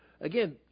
Again